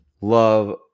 love